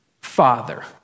Father